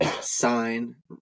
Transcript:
sign